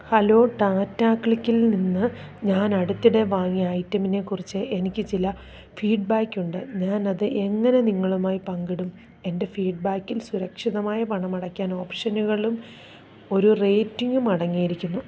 hello Tata ക്ലിക്കിൽ നിന്ന് ഞാനടുത്തിടെ വാങ്ങിയ ഐറ്റമിനെക്കുറിച്ച് എനിക്ക് ചില ഫീഡ്ബാക്കുണ്ട് ഞാനത് എങ്ങനെ നിങ്ങളുമായി പങ്കിടും എൻ്റെ ഫീഡ്ബാക്കിൽ സുരക്ഷിതമായ പണമടയ്ക്കല് ഓപ്ഷനുകളും ഒരു റേറ്റിംഗും അടങ്ങിയിരിക്കുന്നു